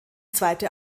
zweite